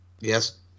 Yes